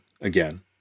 again